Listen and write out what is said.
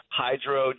hydro